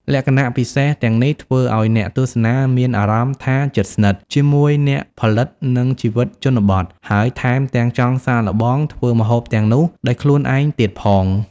លក្ខណៈពិសេសទាំងនេះធ្វើឲ្យអ្នកទស្សនាមានអារម្មណ៍ថា ជិតស្និទ្ធ ជាមួយអ្នកផលិត និងជីវិតជនបទ ហើយថែមទាំង ចង់សាកល្បង ធ្វើម្ហូបទាំងនោះដោយខ្លួនឯងទៀតផង។